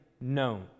known